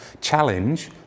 challenge